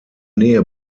nähe